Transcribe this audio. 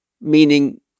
meaning